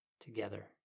together